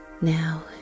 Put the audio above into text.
now